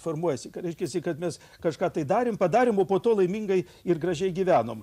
formuojasi kad reiškiasi kad mes kažką tai darėm padarėm o po to laimingai ir gražiai gyvenom